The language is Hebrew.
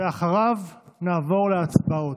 ואחריו נעבור להצבעות.